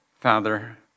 Father